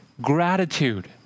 gratitude